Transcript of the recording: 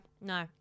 No